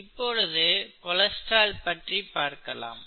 இப்பொழுது கொலஸ்ட்ரால் பற்றி பார்க்கலாம்